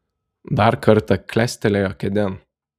dar kartą klestelėjo kėdėn